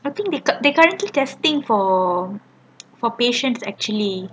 I think they they currently testing for for patients actually